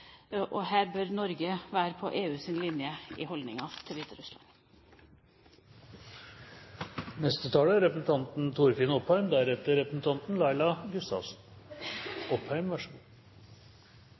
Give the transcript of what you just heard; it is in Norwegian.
Her bør Norge være på EUs linje i holdningen til Hviterussland.